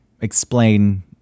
explain